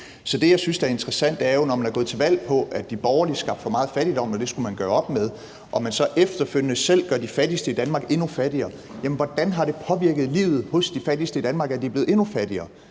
Så det, jeg synes er interessant, er, at man er gået til valg på, at de borgerlige skabte for meget fattigdom, og at det skulle man gøre op med, og man så efterfølgende selv gør de fattigste i Danmark endnu fattigere. Hvordan har det påvirket livet hos de fattigste i Danmark, at de er blevet endnu fattigere?